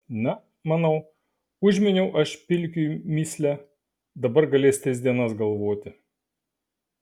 na manau užminiau aš pilkiui mįslę dabar galės tris dienas galvoti